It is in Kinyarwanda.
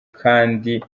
kandi